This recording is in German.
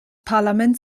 parlament